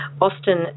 Austin